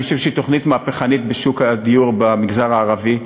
אני חושב שהיא תוכנית מהפכנית בשוק הדיור במגזר הערבי,